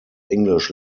english